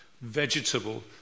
vegetable